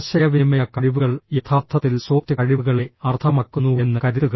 ആശയവിനിമയ കഴിവുകൾ യഥാർത്ഥത്തിൽ സോഫ്റ്റ് കഴിവുകളെ അർത്ഥമാക്കുന്നുവെന്ന് കരുതുക